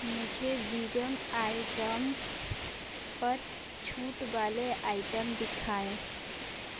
मुझे vegan items पर छूट वाले आइटम दिखाएँ